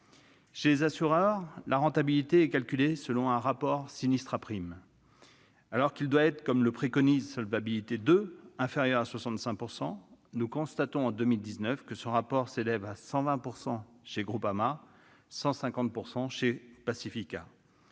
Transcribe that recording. Chez les assureurs, la rentabilité est calculée selon un rapport sinistre sur prime. Alors qu'il devrait être, comme le préconise la directive Solvabilité 2, inférieur à 65 %, nous constatons qu'en 2019 ce rapport s'établissait à 120 % chez Groupama et à 150 % chez Pacifica.